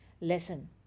lesson